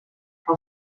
que